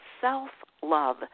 self-love